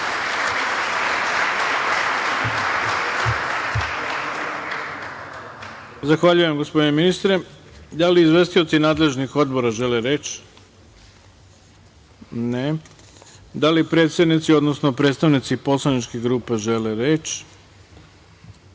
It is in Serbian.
Zahvaljujem, gospodine ministre. Da li izvestioci nadležnih odbora žele reč? (Ne.)Da li predsednici odnosno predstavnici poslaničkih grupa žele reč?